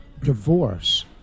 divorce